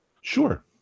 Sure